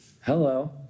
Hello